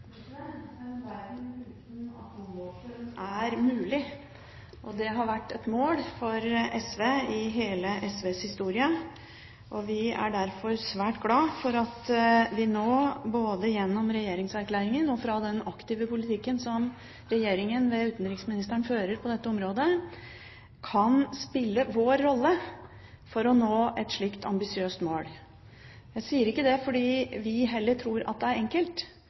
mulig, og det har vært et mål for SV i hele SVs historie. Vi er derfor svært glad for at vi nå, både gjennom regjeringserklæringen og gjennom den aktive politikken som Regjeringen ved utenriksministeren fører på dette området, kan spille vår rolle for å nå et slikt ambisiøst mål. Jeg sier ikke det fordi vi tror at det er enkelt